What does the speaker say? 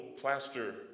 plaster